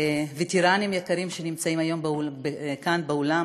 וטרנים יקרים שנמצאים כאן באולם,